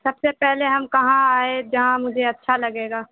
سب سے پہلے ہم کہاں آئے جہاں مجھے اچھا لگے گا